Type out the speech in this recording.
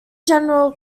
general